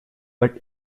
but